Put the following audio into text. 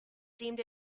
deemed